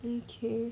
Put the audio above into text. mm K